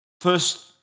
First